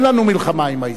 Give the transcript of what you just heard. אין לנו מלחמה עם האסלאם.